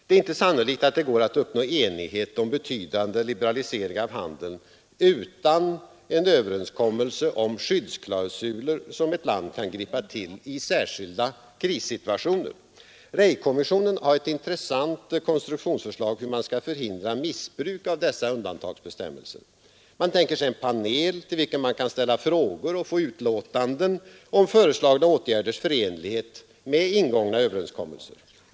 Det är inte sannolikt att det går att uppnå enighet om betydande liberalisering av handeln utan en överenskommelse om skyddsklausuler som ett land kan gripa till i särskilda krissituationer. Rey-kommissionen har ett intressant konstruktionsförslag när det gäller hur man skall förhindra missbruk av dessa undantagsbestämmelser. Man tänker sig en panel till vilken det skall vara möjligt att ställa frågor och få utlåtanden om föreslagna åtgärders förenlighet med ingångna överenskommelser.